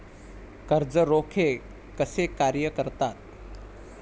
कर्ज रोखे कसे कार्य करतात?